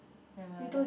never mind I just